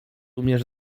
umiesz